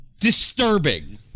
disturbing